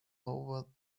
over